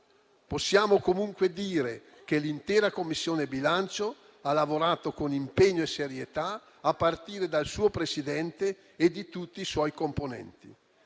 Possiamo comunque dire che l'intera Commissione bilancio ha lavorato con impegno e serietà, a partire dal suo Presidente fino a tutti i suoi componenti.